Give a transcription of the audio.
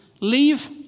leave